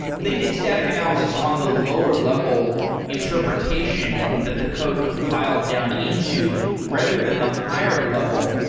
they did static analysis on the lower level interpretation that the code compiled down into rather than the higher level.